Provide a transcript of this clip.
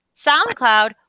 SoundCloud